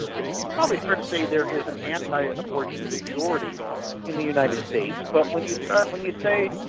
it's probably fair to say there is an anti-abortion majority in the united states, but when you start, when you say,